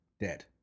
dead